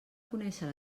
conèixer